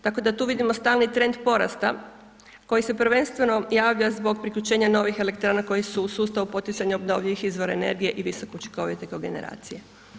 Tako da tu vidimo stalni trend porasta koji se prvenstveno javlja zbog priključenja novih elektrana koje su u sustavu poticanja obnovljivih izvora energije i visoko učinkovite kogeneracije.